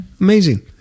Amazing